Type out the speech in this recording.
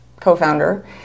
co-founder